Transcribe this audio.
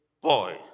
boy